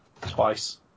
twice